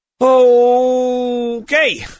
Okay